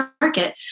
market